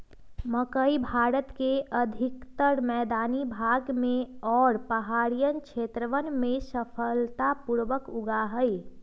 मकई भारत के अधिकतर मैदानी भाग में और पहाड़ियन क्षेत्रवन में सफलता पूर्वक उगा हई